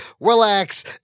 relax